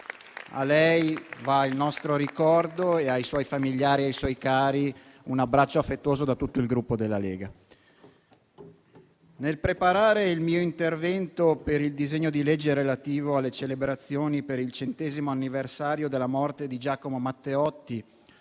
A lei va il nostro ricordo e ai suoi familiari e ai suoi cari un abbraccio affettuoso da tutto il Gruppo Lega. Nel preparare il mio intervento sul disegno di legge relativo alle celebrazioni per il centesimo anniversario della morte di Giacomo Matteotti,